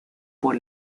por